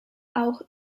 auch